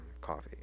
coffee